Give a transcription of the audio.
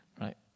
Right